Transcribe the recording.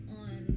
on